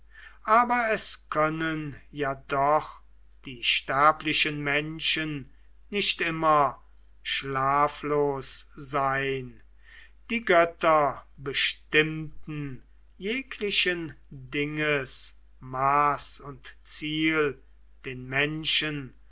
aber es können ja doch die sterblichen menschen nicht immer schlaflos sein die götter bestimmten jeglichen dinges maß und ziel den menschen